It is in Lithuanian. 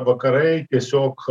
vakarai tiesiog